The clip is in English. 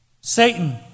Satan